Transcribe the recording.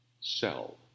sell